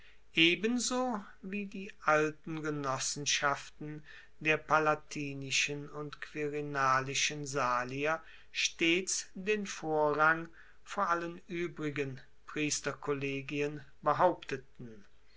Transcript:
ebenso wie die alten genossenschaften der palatinischen und quirinalischen salier stets den vorrang vor allen uebrigen priesterkollegien behaupteten